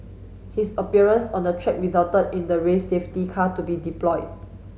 his appearance on the track resulted in the race safety car to be deployed